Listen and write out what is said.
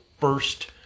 first